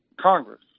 Congress